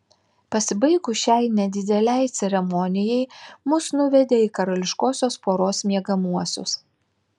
pasibaigus šiai nedidelei ceremonijai mus nuvedė į karališkosios poros miegamuosius